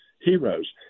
heroes